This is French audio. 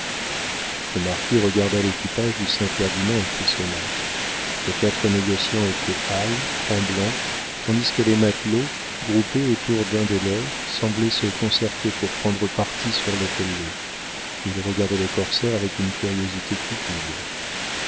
le marquis regarda l'équipage du saint ferdinand et frissonna les quatre négociants étaient pâles tremblants tandis que les matelots groupés autour d'un des leurs semblaient se concerter pour prendre parti sur l'othello ils regardaient le corsaire avec une curiosité cupide